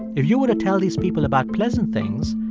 if you were to tell these people about pleasant things,